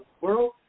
world